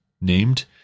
named